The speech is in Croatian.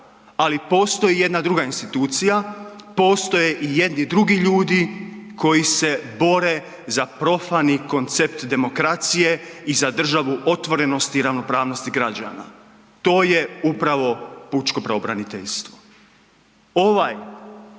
Ali postoji i jedna druga institucija, postoje i jedni drugi ljudi koji se bore za profani koncept demokracije i za državu otvorenosti i ravnopravnosti građana. To je upravo pučko pravobraniteljstvo.